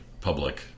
public